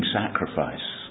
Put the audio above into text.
sacrifice